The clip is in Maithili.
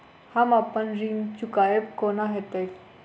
हम अप्पन ऋण चुकाइब कोना हैतय?